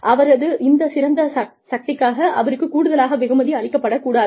அவரது இந்த சிறந்த சக்திக்காக அவருக்கு கூடுதலாக வெகுமதி அளிக்கப்பட கூடாது